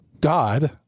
God